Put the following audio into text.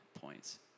points